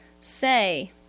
Say